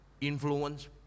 influence